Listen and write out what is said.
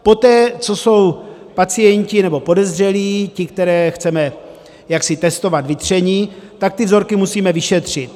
Poté co jsou pacienti nebo podezřelí, ti, které chceme testovat, vytření, tak ty vzorky musíme vyšetřit.